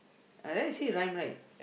ah there you see rhyme right